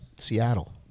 Seattle